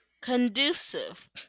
conducive